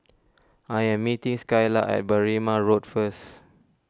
I am meeting Skylar at Berrima Road first